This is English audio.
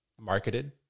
marketed